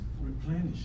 replenish